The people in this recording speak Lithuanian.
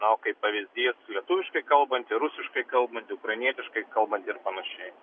o kaip pavyzdys lietuviškai kalbanti rusiškai kalbanti ukrainietiškai kalbanti ir panašiai